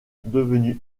devenue